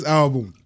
album